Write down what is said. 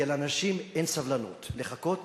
כי לאנשים אין סבלנות לחכות,